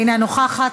אינה נוכחת,